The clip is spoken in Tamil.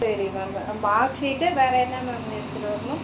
சரி மேம் மார்க் ஷீட்டு வேறு என்ன மேம் எடுத்துட்டு வரணும்